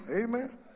Amen